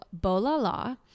Bolala